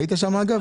היית שם, אגב?